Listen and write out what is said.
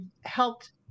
helped